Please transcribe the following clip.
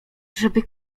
żeby